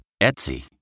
Etsy